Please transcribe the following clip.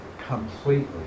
completely